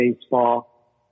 baseball